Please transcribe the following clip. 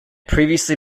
previously